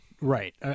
Right